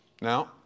Now